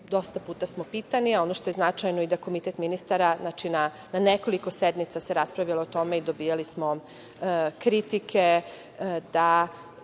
Dosta puta smo pitani. Ono što je značajno i da komitet ministara na nekoliko sednica se raspravljalo o tome i dobijali smo kritike da